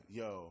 yo